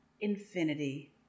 Infinity